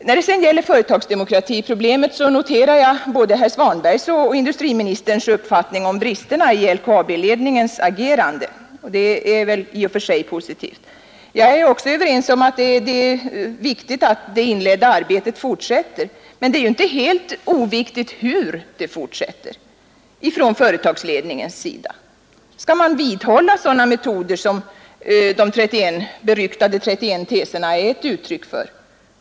När det sedan gäller företagsdemokratiproblemet noterar jag både herr Svanbergs och industriministerns uppfattning om bristerna i LKAB-ledningens agerande, och det är väl i och för sig något positivt. Jag är överens om att det är viktigt att det inledda arbetet fortsätts, men det är inte helt oviktigt hur det fortsätter från företagsledningens sida. Skall man hålla fast vid sådana metoder som de beryktade 31 teserna är ett uttryck för?